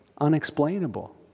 unexplainable